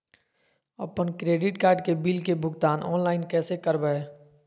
अपन credit card के bill के भुगतान ऑनलाइन कैसे करबैय?